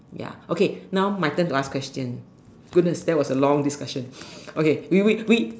ya okay now my turn to ask question goodness that was a long discussion okay we we we